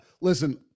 listen